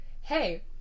hey